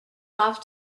off